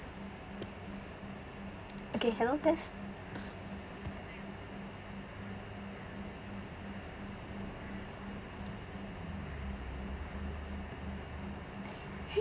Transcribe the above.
okay hello test